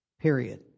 period